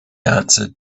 answered